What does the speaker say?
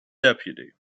deputy